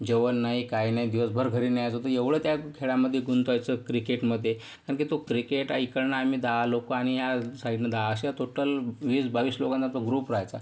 जेवण नाही काही नाही दिवसभर घरी नाही यायचो तर एवढं त्या खेळामध्ये गुंतायचो क्रिकेटमध्ये कारण की तो क्रिकेट इकडनं आम्ही दहा लोक आणि या साईडनं दहा असे टोटल वीसबावीस लोकांचा तो ग्रुप राहायचा